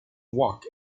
walk